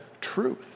truth